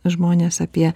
žmones apie